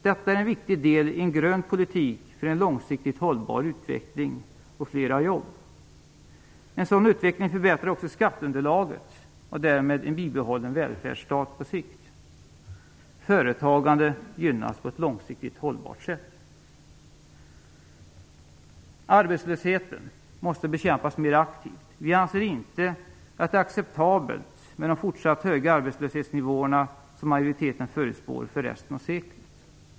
Detta är en viktig del i en grön politik för en långsiktigt hållbar utveckling och flera jobb. En sådan utveckling förbättrar också skatteunderlaget och bidrar därmed till en bibehållen välfärdsstat på sikt. Företagande gynnas på ett långsiktigt hållbart sätt. Arbetslösheten måste bekämpas mer aktivt. Vi anser inte att det är acceptabelt med de fortsatt höga arbetslöshetsnivåer som majoriteten förutspår för resten av seklet.